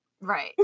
Right